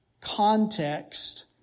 context